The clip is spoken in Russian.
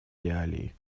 реалии